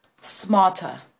smarter